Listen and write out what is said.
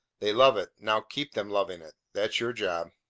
they love it. now keep them loving it. that's your job.